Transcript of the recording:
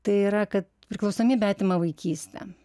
tai yra kad priklausomybė atima vaikystę